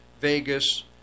Vegas